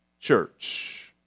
church